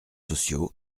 sociaux